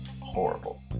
horrible